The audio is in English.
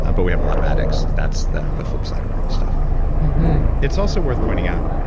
and but we have a lot of addicts. that's the the flip side of all this stuff it's also worth pointing out